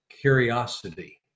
curiosity